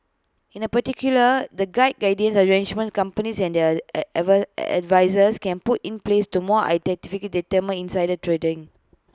in A particular the guide guiding the arrangements companies and their ever advisers can put in place to more effectively deter insider trading